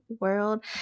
world